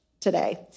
today